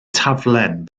taflen